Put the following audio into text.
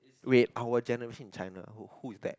wait our generation in China who who is that